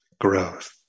growth